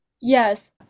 Yes